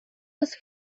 was